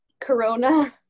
corona